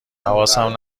حواسم